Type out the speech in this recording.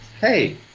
hey